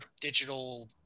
digital